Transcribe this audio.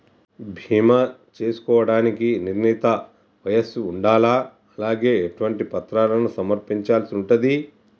బీమా చేసుకోవడానికి నిర్ణీత వయస్సు ఉండాలా? అలాగే ఎటువంటి పత్రాలను సమర్పించాల్సి ఉంటది?